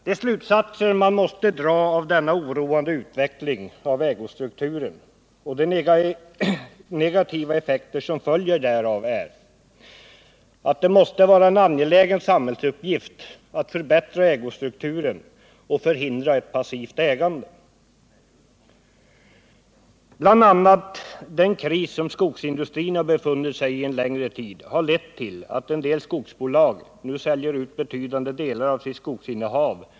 De slutsatser man måste dra av denna oroande utveckling av ägostrukturen och de negativa effekter som följer därav är, att det måste vara en angelägen samhällsuppgift att förbättra ägostrukturen och förhindra ett passivt ägande. Bl.a. den kris som skogsindustrin har befunnit sig i en längre tid har lett till att en del skogsbolag nu av finansiella skäl säljer ut betydande delar av sitt skogsinnehav.